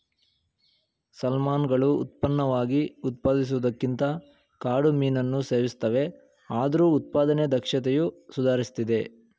ಸಾಲ್ಮನ್ಗಳು ಉತ್ಪನ್ನವಾಗಿ ಉತ್ಪಾದಿಸುವುದಕ್ಕಿಂತ ಕಾಡು ಮೀನನ್ನು ಸೇವಿಸ್ತವೆ ಆದ್ರೂ ಉತ್ಪಾದನೆ ದಕ್ಷತೆಯು ಸುಧಾರಿಸ್ತಿದೆ